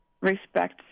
respect